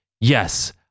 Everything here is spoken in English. Yes